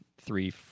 three